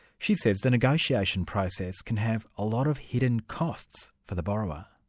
she says the negotiation process can have a lot of hidden costs for the borrower.